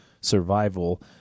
survival